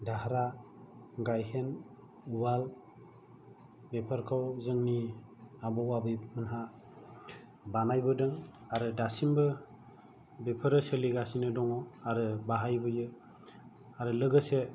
दाहारा गायहेन उवाल बेफोरखौ जोंनि आबौ आबैमोनहा बानायबोदों आरो दासिमबो बेफोरो सोलिगासिनो दङ आरो बाहायबोयो आरो लोगोसे